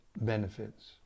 benefits